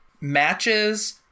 matches